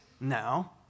No